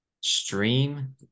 stream